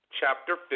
chapter